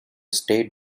state